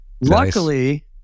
Luckily